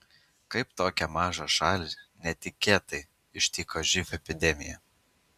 kaip tokią mažą šalį netikėtai ištiko živ epidemija